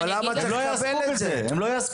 הם לא יעסקו בזה.